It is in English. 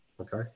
Okay